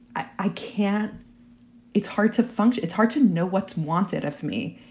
i i can't it's hard to function. it's hard to know what's wanted of me.